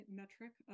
metric